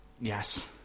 Yes